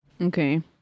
okay